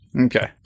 Okay